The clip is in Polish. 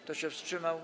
Kto się wstrzymał?